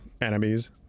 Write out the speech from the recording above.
enemies